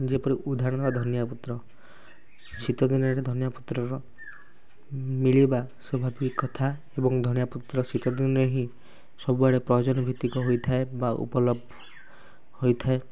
ଯେପରି ଉଦାହରଣ ଧନିଆ ପତ୍ର ଶୀତ ଦିନରେ ଧନିଆ ପତ୍ରର ମିଳିବା ସ୍ୱାଭାବିକ କଥା ଏବଂ ଧଣିଆ ପତ୍ର ଶୀତ ଦିନରେ ହିଁ ସବୁଆଡ଼େ ପ୍ରୟୋଜନ ଭିତ୍ତିକ ହୋଇଥାଏ ବା ଉପଲବ୍ଧ ହୋଇଥାଏ